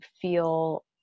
feel